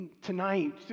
Tonight